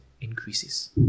increases